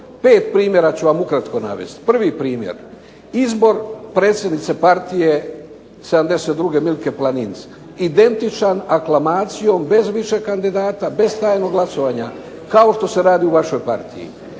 Pet primjera ću vam ukratko navesti. Prvi primjer, izbor predsjednice partije '72. Milke Planinc identičan aklamacijom bez više kandidata, bez trajnog glasovanja kao što se radi u vašoj partiji.